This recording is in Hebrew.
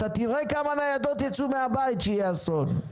אתה תראה כמה ניידות ייצאו מהבית כשיהיה אסון.